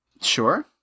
sure